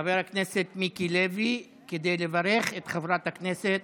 חבר הכנסת מיקי לוי, כדי לברך את חברת הכנסת